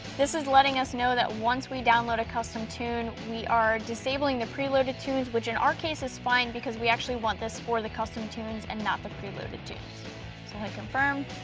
this is letting us know that once we download a custom tune we are disabling the preloaded tunes which in our case is fine because we actually want this for the custom tunes and not the preloaded tunes. so hit confirm.